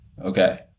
Okay